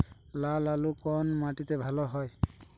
লাল আলু কোন মাটিতে ভালো হয়?